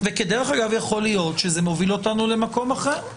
יכול להיות שזה מוביל אותנו למקום אחר,